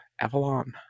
Avalon